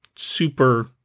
Super